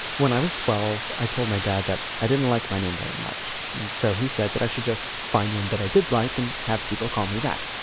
when i was twelve i told my dad that i didn't like my name very much so he said that i should just find one that i didn't like and have people call me that.